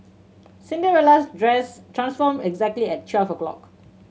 Cinderella's dress transformed exactly at twelve o'clock